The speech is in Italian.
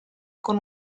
con